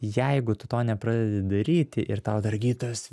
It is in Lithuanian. jeigu tu to nepradedi daryti ir tau dar gydytojas